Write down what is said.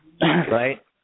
Right